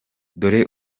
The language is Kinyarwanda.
dore